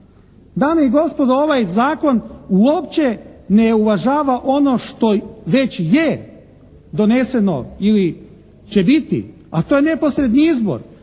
Dame i gospodo, ovaj zakon uopće ne uvažava ono što već je doneseno ili će biti a to je neposredni izbor